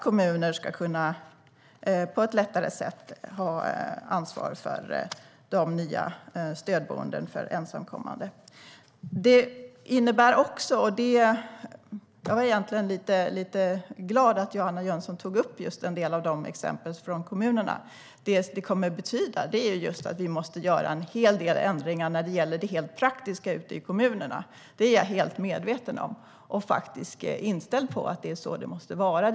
Kommuner ska också på ett lättare sätt kunna ha ansvar för de nya stödboendena för ensamkommande. Jag är lite glad att Johanna Jönsson tog upp just en del av exemplen från kommunerna. Vad det kommer att betyda är just att vi måste göra en hel del ändringar när det gäller det rent praktiska ute i kommunerna. Jag är helt medveten om och faktiskt inställd på att det är så det måste vara.